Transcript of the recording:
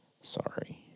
sorry